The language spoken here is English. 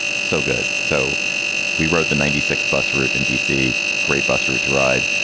so good. so we rode the ninety six bus route in d c. great bus route to ride,